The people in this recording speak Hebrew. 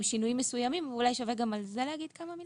עם שינויים מסוימים ואולי שווה גם על זה לומר כמה מילים.